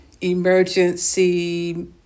emergency